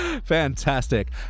fantastic